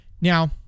Now